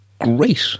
great